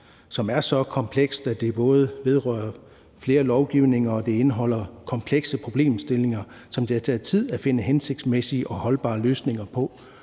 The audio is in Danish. som er så komplekst, at det vedrører flere lovgivninger og indeholder komplekse problemstillinger, som det har taget tid at finde hensigtsmæssige og holdbare løsninger på.